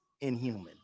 inhuman